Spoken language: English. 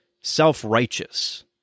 self-righteous